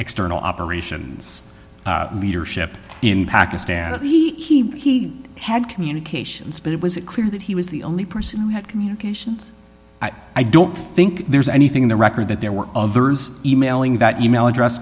external operations leadership in pakistan that he had communications but it was it clear that he was the only person who had communications i don't think there's anything in the record that there were others e mailing that e mail address